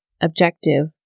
objective